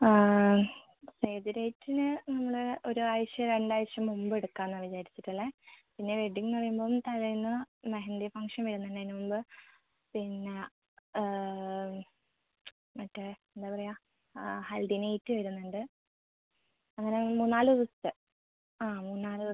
save the ഡേറ്റിന് നമ്മൾ ഒരാഴ്ചയോ രണ്ട് ആഴ്ചയോ മുമ്പ് എടുക്കാമെന്നാണ് വിചാരിച്ചിട്ട് ഉള്ളത് പിന്നെ വെഡ്ഡിങെന്ന് പറയുമ്പോൾ തലേന്ന് മെഹന്തി ഫംഗ്ഷൻ വരുന്നുണ്ട് അതിന് മുമ്പ് പിന്നെ മറ്റേ എന്താണ് പറയുക ആ ഹൽദി നൈറ്റ് വരുന്നുണ്ട് അങ്ങനെ മൂന്നാല് ദിവസത്തെ ആ മൂന്നാല് ദിവസത്തെ